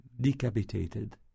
Decapitated